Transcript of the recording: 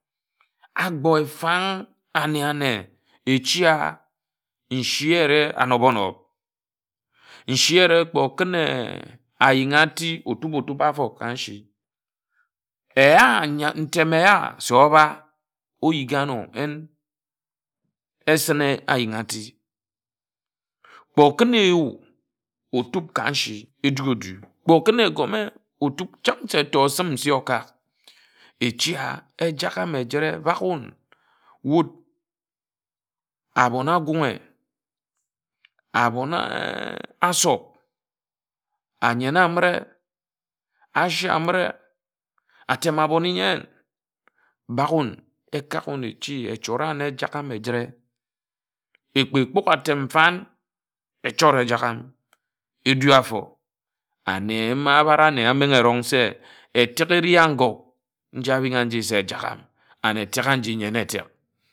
Akpo efang ane ane echi a echi ereh anob onob echi ēreh kpe okún ayin̄ otup otup otup afó ka nshi éya ntem éya se abá oyigha anō en esine ayin̄ ati kpe okin eyû otup ka nshi edu odu kpe okún egome otup chip se osim nsi okák echi a Ejagham ejire bȧk wun wud abon agunghe abone asob ayen amire ashé amire atem-abon-i-nyen bāk wun ekák wun echi echora wun Ejagham ejire ekpe kpughe atem fan echort Ejagham ejoe afō ane mba abare ane amenghe erong se etek eri an̄ngo nji abing a nji se Ejagham and etek aji nyen etek.